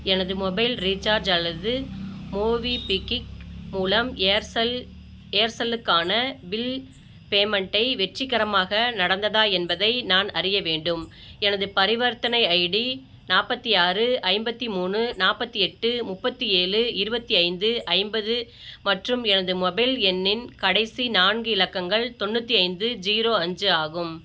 எனது mobile recharge அல்லது மோவிபிக்கிக் மூலம் ஏர்செல் ஏர்செல்லுக்கான பில் பேமெண்ட்டை வெற்றிகரமாக நடந்ததா என்பதை நான் அறிய வேண்டும் எனது பரிவர்த்தனை ஐடி நாற்பத்து ஆறு ஐம்பத்தி மூணு நாற்பத்தி எட்டு முப்பத்தி ஏழு இருபத்தி ஐந்து ஐம்பது மற்றும் எனது மொபைல் எண்ணின் கடைசி நான்கு இலக்கங்கள் தொண்ணூற்றி ஐந்து ஜீரோ அஞ்சு ஆகும்